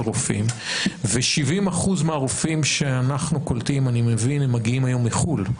רופאים ו-70% מהרופאים שאנחנו קולטים מגיעים היום מחו"ל,